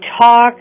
talk